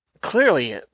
clearly